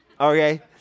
Okay